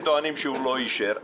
אם אתם טוענים שהוא לא אישר,